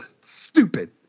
Stupid